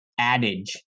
adage